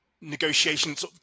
negotiations